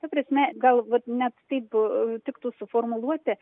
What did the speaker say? ta prasme gal vat net taip tiktų suformuluoti